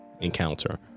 encounter